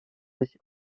sich